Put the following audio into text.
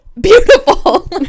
beautiful